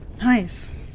Nice